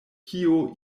kio